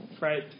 right